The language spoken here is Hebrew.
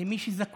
וכל מי שזקוק